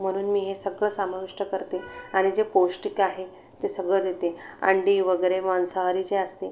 म्हणून मी सगळं समाविष्ट करते आणि जे पौष्टिक आहे ते सगळं देते अंडी वगैरे मांसाहार जे असते